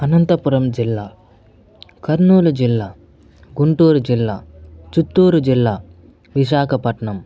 అనంతపురం జిల్లా కర్నూలు జిల్లా గుంటూరు జిల్లా చిత్తూరు జిల్లా విశాఖపట్నం